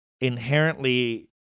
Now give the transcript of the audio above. inherently